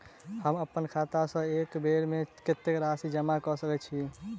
हम अप्पन खाता सँ एक बेर मे कत्तेक राशि जमा कऽ सकैत छी?